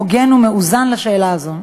הוגן ומאוזן על השאלה הזו.